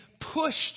pushed